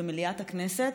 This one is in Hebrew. במליאת הכנסת,